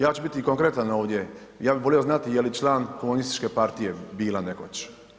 Ja ću biti konkretan ovdje, ja bih volio znati je li član Komunističke partije bila nekoć.